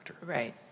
Right